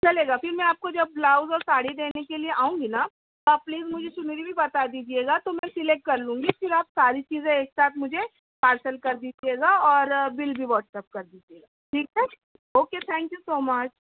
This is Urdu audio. چلے گا پھر میں آپ کو جب بلاوز اور وہ ساڑی دینے کے لیے آؤں گی نا تو آپ پلیز مجھے چُنری بھی بتا دیجیے گا تو میں سلیکٹ کر لوں پھر آپ ساری چیزیں ایک ساتھ مجھے پارسل کر دیجیے گا اور بل بھی واٹس اپ کر دیجیے گا ٹھیک ہے okay thank you so much